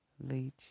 Leach